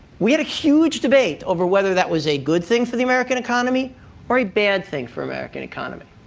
we had a huge debate over whether that was a good thing for the american economy or a bad thing for american economy.